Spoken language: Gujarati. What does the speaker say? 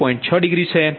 6 ડિગ્રી છે